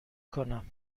کنم